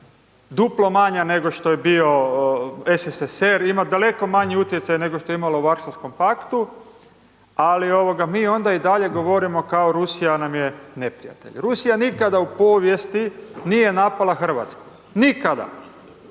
duplo manja nego što je bio SSSR ima daleko manji utjecaj nego što je imala u Varšavskom paktu, ali ovoga mi onda i dalje govorimo kao Rusija nam je neprijatelj. Rusija nikada u povijesti nije napala Hrvatsku, nikada,